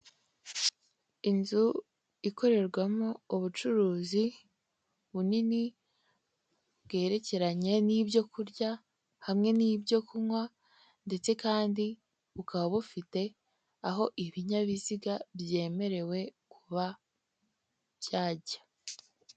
Inzu ikorerwamo ubucuruzi bunini bwerekeranye n'ibyo kurya hamwe n'ibyo kunywa, ndetse kandi bukaba bufite aho ibinyabiziga byemerewe kuba byajya.